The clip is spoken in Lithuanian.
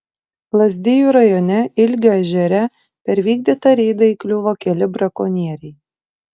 lazdijų rajone ilgio ežere per vykdytą reidą įkliuvo keli brakonieriai